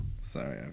Sorry